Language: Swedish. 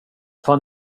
fan